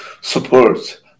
support